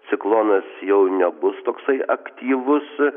ciklonas jau nebus toksai aktyvus